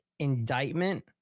indictment